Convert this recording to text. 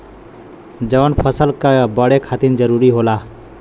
जवन फसल क बड़े खातिर जरूरी होला